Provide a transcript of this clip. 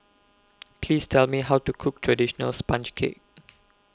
Please Tell Me How to Cook Traditional Sponge Cake